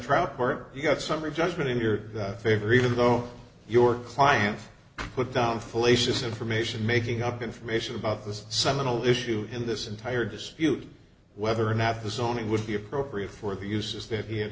yet summary judgment in your favor even though your client put down fallacious information making up information about this seminal issue in this entire dispute whether or not the song would be appropriate for the uses that he had